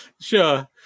Sure